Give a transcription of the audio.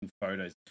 photos